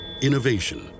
Innovation